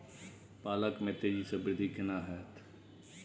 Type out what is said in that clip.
पालक में तेजी स वृद्धि केना होयत?